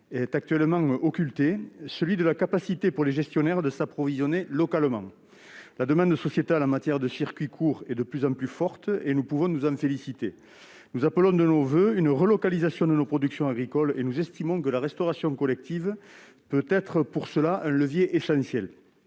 est actuellement occulté, celui de la capacité des gestionnaires de s'approvisionner localement. La demande sociétale en matière de circuits courts est de plus en plus forte, nous pouvons nous en féliciter. Nous appelons de nos voeux une relocalisation de nos productions agricoles et estimons que la restauration collective peut constituer, à cet égard, un levier essentiel.